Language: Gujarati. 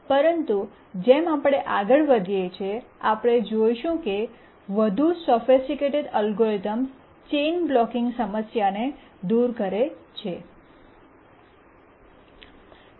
પરંતુ જેમ આપણે આગળ વધીએ છીએ આપણે જોશું કે વધુ સોફિસ્ટિકેટેડ અલ્ગોરિધમ્સ ચેઇન બ્લૉકિંગ સમસ્યાને દૂર કરે છે